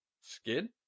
skid